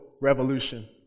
revolution